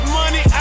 money